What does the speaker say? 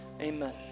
amen